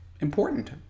important